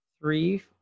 three